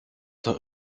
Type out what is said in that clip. doch